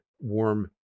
warm